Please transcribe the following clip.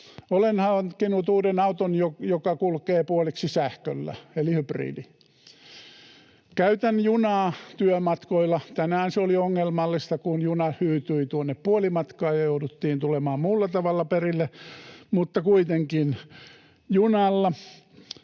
olen hankkinut uuden auton, joka kulkee puoliksi sähköllä, eli hybridi. Käytän junaa työmatkoilla, tänään se oli ongelmallista, kun juna hyytyi tuonne puolimatkaan ja jouduttiin tulemaan muulla tavalla perille, mutta kuitenkin junalla.